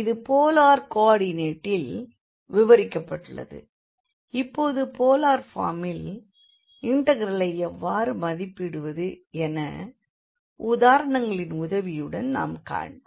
இது போலார் கோ ஆர்டினேட்டில் விவரிக்கப்பட்டுள்ளது இப்போது போலார் ஃபார்மில் இண்டெக்ரலை எவ்வாறு மதிப்பிடுவது என உதாரணங்களின் உதவியுடன் நாம் காண்போம்